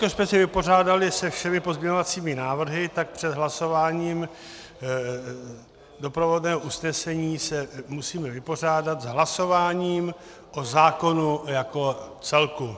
Jelikož jsme se vypořádali se všemi pozměňovacími návrhy, tak před hlasováním doprovodného usnesení se musíme vypořádat s hlasováním o zákonu jako celku.